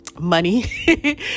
money